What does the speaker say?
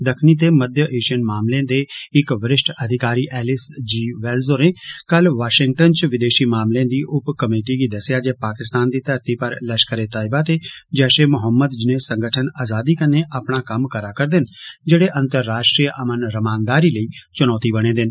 दक्खनी ते मध्य एशियन मामले दे इक वरिष्ठ अधिकारी एलिस जी वैल्ज होरें कल वाशिंगटन च विदेशी मामले दी उप कमेटी गी दस्सेआ जे पाकिस्तान दी धरती पर लश्करै तैय्यबा ते जैशे महोम्मद जनेह संगठन आज़ादी कन्नै कम्म करा करदे न जेड़े अंतर्राष्ट्रीय अमन रमानदारी लेई चुनौति बने दे न